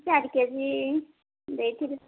ଚାରି K G ଦେଇଥିବେ